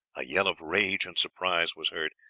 a yell of rage and surprise was heard,